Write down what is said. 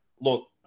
look